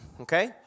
okay